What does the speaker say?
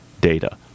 Data